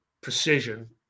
precision